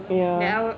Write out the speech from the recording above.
ya